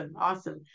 Awesome